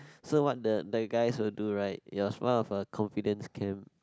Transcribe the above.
so what the the guys will do right it was part of a confidence camp